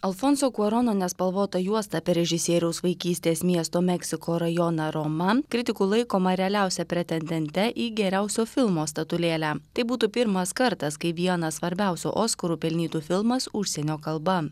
alfonso kuarono nespalvota juosta apie režisieriaus vaikystės miesto meksiko rajoną roma kritikų laikoma realiausia pretendente į geriausio filmo statulėlę tai būtų pirmas kartas kai vieną svarbiausių oskarų pelnytų filmas užsienio kalba